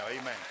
Amen